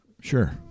Sure